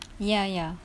ya ya